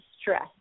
stress